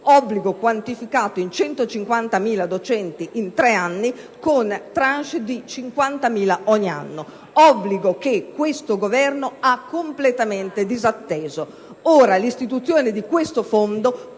obbligo quantificato in 150.000 docenti in tre anni, con *tranche* di 50.000 docenti ogni anno; un obbligo che questo Governo ha completamento disatteso. Ora, l'istituzione di tale fondo